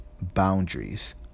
boundaries